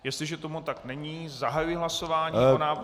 Jestliže tomu tak není, zahajuji hlasování o návrhu